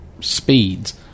speeds